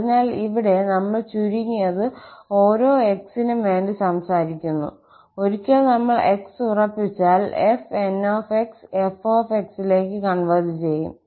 അതിനാൽ ഇവിടെ നമ്മൾ ചുരുങ്ങിയത് ഓരോ 𝑥 നും വേണ്ടി സംസാരിക്കുന്നു ഒരിക്കൽ നമ്മൾ x ഉറപ്പിച്ചാൽ 𝑓𝑛𝑥 𝑓𝑥 ലേക്ക് കോൺവെർജ് ചെയ്യും